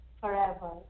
forever